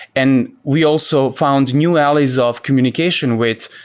and we also found new alleys of communication with,